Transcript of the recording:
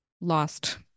lost